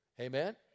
Amen